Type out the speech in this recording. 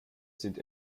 sind